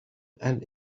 and